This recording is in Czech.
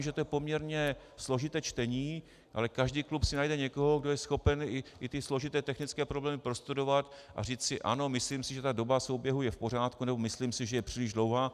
Vím, že to je poměrně složité čtení, ale každý klub si najde někoho, kdo je schopen i ty složité technické problémy prostudovat a říci ano, myslím si, že ta doba souběhu je v pořádku, nebo myslím si, že je příliš dlouhá.